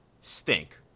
stink